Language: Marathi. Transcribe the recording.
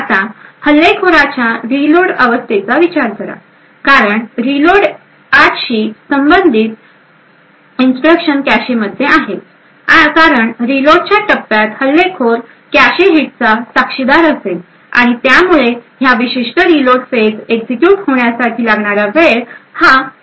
आता हल्लेखोराच्या रीलोड अवस्थेचा विचार करा कारण रीलोड 8 शी संबंधित इन्स्ट्रक्शन कॅशेमध्ये आहेत कारण रीलोडच्या टप्प्यात हल्लेखोर कॅशे हिट्स चा साक्षीदार असेल आणि त्यामुळे ह्या विशिष्ट रिलोड फेज एक्झिक्युट होण्यासाठी लागणारा वेळ हा कमी असेल